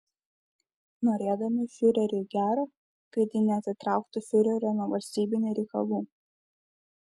norėdami fiureriui gero kad ji neatitrauktų fiurerio nuo valstybinių reikalų